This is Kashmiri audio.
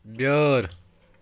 بیٲر